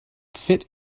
fit